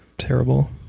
terrible